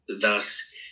thus